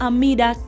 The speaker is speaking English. Amida